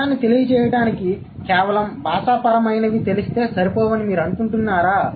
అర్థాన్ని తెలియజేయడానికి కేవలం భాషాపరమైన వి తెలిస్తే సరిపోవని మీరు అనుకుంటున్నారా